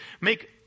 make